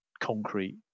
concrete